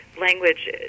language